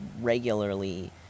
regularly